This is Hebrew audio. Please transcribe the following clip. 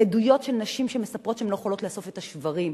עדויות של נשים שמספרות שהן לא יכולות לאסוף את השברים,